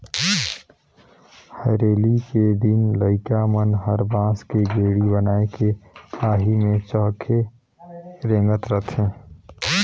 हरेली के दिन लइका मन हर बांस के गेड़ी बनायके आही मे चहके रेंगत रथे